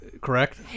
correct